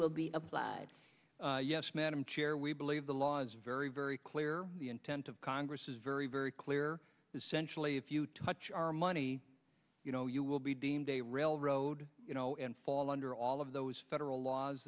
will be applied yes madam chair we believe the laws are very very clear the intent of congress is very very clear essentially if you touch our money you know you will be deemed a railroad you know and fall under all of those federal laws